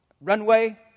runway